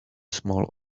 small